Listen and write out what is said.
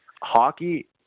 Hockey